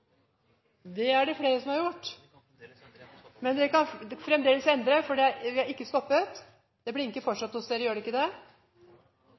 Det er det flere som har gjort, men dere kan fremdeles endre fordi vi ikke har avsluttet voteringen. Har representanten Trøen fått endret? Jeg håper det!